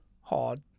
hard